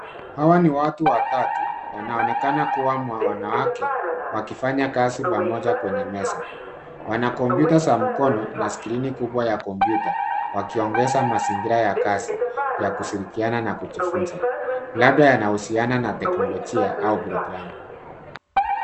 Hawa ni watu watatu wanaonekana kuwa wanawake wakifanya kazi pamoja kwenye meza. Wanakompyuta za mkono na skrini kubwa ya kompyuta wakiongeza mazingira ya kazi ya kushirikiana na kujifunza labda yanahusiana na teknolojia au programu.